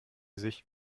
sich